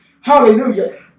Hallelujah